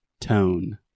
Tone